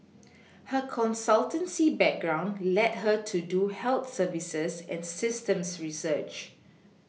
her consultancy background led her to do health services and systems research